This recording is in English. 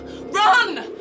Run